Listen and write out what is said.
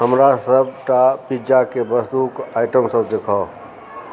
हमरा सबटा पिज्जा के वस्तुक आइटम सब देखाउ